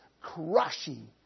crushing